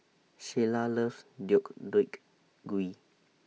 Sheilah loves Deodeok Gui